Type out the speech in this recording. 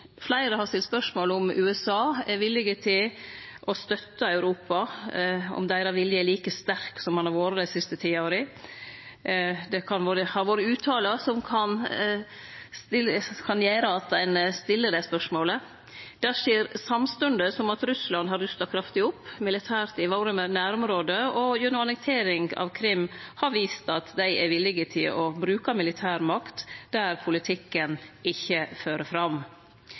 Fleire har stilt spørsmål ved om USA er viljuge til å støtta Europa, om deira vilje er like sterk som han har vore dei siste tiåra. Det kan ha vore uttalar som kan gjere at ein stiller det spørsmålet. Det skjer samstundes med at Russland har rusta kraftig opp militært i våre nærområde og gjennom annektering av Krim har vist at dei er viljuge til å bruke militær makt der politikken ikkje fører fram.